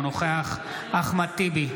אינו נוכח אחמד טיבי,